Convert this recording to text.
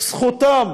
בזכותם